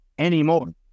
Anymore